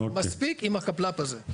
מספיק עם החאפ לאפ הזה.